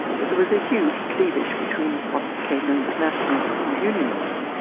but there was a huge cleavage between what became known as nationalists and unionists,